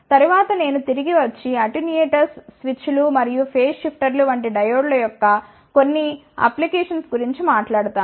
తరువాత నేను తిరిగి వచ్చి అటెన్యూయేటర్స్ స్విచ్లు మరియు ఫేస్ షిఫ్టర్లు వంటి డయోడ్ల యొక్క కొన్ని అనువర్తనాల గురించి మాట్లాడుతాను